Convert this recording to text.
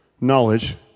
knowledge